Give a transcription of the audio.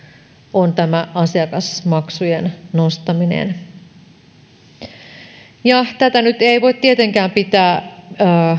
on tämä asiakasmaksujen nostaminen tätä nyt ei voi tietenkään pitää